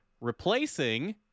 replacing